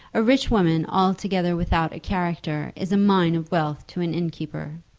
a rich woman altogether without a character is a mine of wealth to an innkeeper.